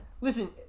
Listen